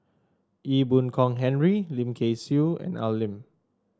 Ee Boon Kong Henry Lim Kay Siu and Al Lim